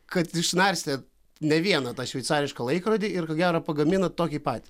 kad išnarstė ne vieną tą šveicarišką laikrodį ir ko gero pagamino tokį patį